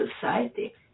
society